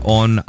on